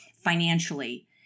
financially